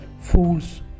fools